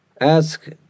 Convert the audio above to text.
ask